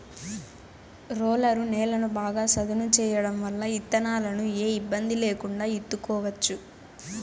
roller నేలను బాగా సదును చేయడం వల్ల ఇత్తనాలను ఏ ఇబ్బంది లేకుండా ఇత్తుకోవచ్చు